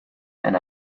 and